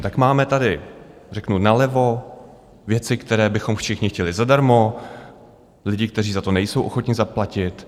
Tak máme tady nalevo věci, které bychom všichni chtěli zadarmo, lidi, kteří za to nejsou ochotni zaplatit.